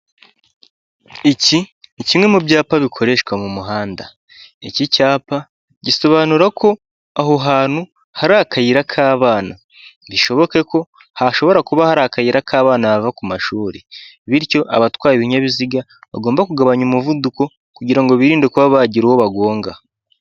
Iki ni kimwe mu byapa bikoreshwa mu muhanda. Iki cyapa gisobanura ko aho hantu hari akayira k'abana, bishoboke ko hashobora kuba hari akayira k'abana bava ku mashuri. Bityo abatwaye ibinyabiziga bagomba kugabanya umuvuduko kugira ngo birinde kuba bagira uwo bagonga.